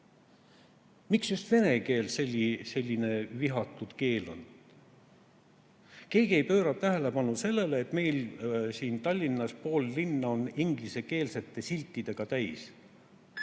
Miks just vene keel selline vihatud keel on? Keegi ei pööra tähelepanu sellele, et meil siin Tallinnas pool linna on ingliskeelseid silte täis.